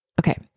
Okay